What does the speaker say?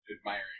admiring